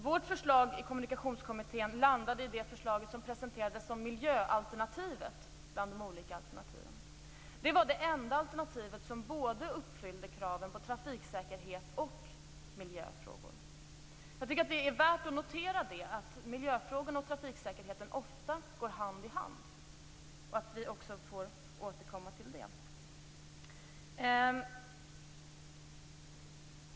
Vårt förslag i Kommunikationskommittén landade i det förslag som presenterades som miljöalternativet bland de olika alternativen. Det var det enda alternativ som både uppfyllde kravet på trafiksäkerhet och miljöhänsyn. Jag tycker att det är värt att notera att miljöfrågorna och trafiksäkerheten ofta går hand i hand. Vi får återkomma också till det.